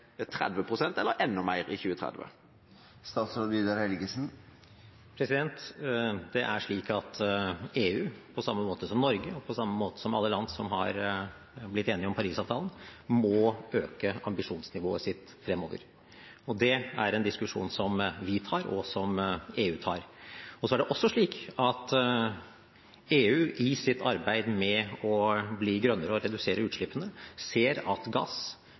eller enda mer i 2030? Det er slik at EU, på samme måte som Norge og på samme måte som alle land som har blitt enige om Paris-avtalen, må øke ambisjonsnivået sitt fremover, og det er en diskusjon som vi tar, og som EU tar. Så er det også slik at EU i sitt arbeid med å bli grønnere og å redusere utslippene ser at gass